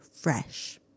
fresh